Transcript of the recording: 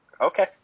Okay